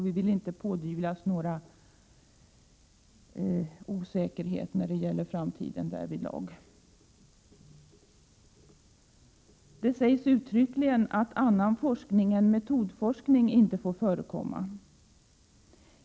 Vi vill inte pådyvlas några osäkerheter när det gäller framtiden därvidlag. Det sägs uttryckligen att annan forskning än metodforskning inte får förekomma.